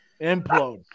Implode